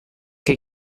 che